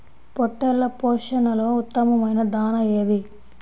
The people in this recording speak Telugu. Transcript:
పొట్టెళ్ల పోషణలో ఉత్తమమైన దాణా ఏది?